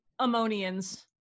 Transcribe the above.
Ammonians